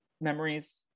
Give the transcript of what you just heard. memories